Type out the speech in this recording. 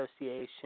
Association